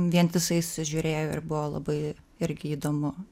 vientisai susižiūrėjo ir buvo labai irgi įdomu